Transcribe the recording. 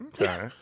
okay